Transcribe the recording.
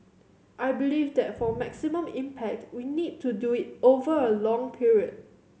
I believe that for maximum impact we need to do it over a long period